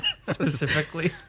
Specifically